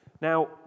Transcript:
Now